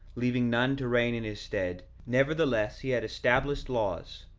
leaving none to reign in his stead nevertheless he had established laws,